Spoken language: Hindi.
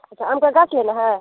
अच्छा आम का गांछ लेना है